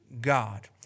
God